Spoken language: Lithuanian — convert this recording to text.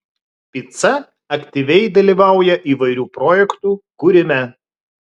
pica aktyviai dalyvauja įvairių projektų kūrime